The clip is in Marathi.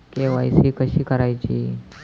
के.वाय.सी कशी करायची?